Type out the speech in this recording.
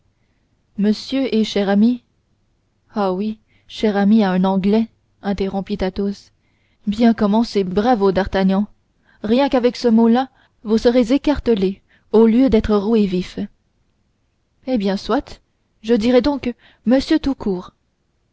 monsieur et cher ami ah oui cher ami à un anglais interrompit athos bien commencé bravo d'artagnan rien qu'avec ce mot-là vous serez écartelé au lieu d'être roué vif eh bien soit je dirai donc monsieur tout court